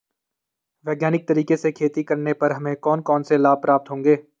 वैज्ञानिक तरीके से खेती करने पर हमें कौन कौन से लाभ प्राप्त होंगे?